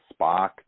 Spock